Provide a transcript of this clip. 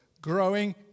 growing